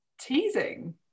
teasing